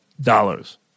dollars